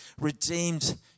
redeemed